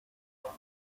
朋友